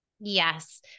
Yes